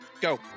go